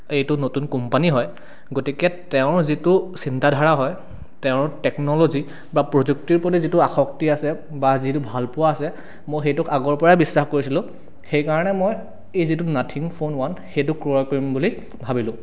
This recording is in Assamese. এইটো নতুন কোম্পানী হয় গতিকে তেওঁৰ যিটো চিন্তাধাৰা হয় তেওঁৰ টেকনোলোজি বা প্ৰযুক্তিৰ প্ৰতি যিটো আসক্তি আছে বা যিটো ভালপোৱা আছে মই সেইটোক আগৰপৰাই বিশ্বাস কৰিছিলোঁ সেইকাৰণে মই এই যিটো নাথিং ফোন ওৱান সেইটো ক্ৰয় কৰিম বুলি ভাবিলোঁ